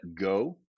go